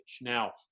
Now